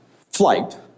flight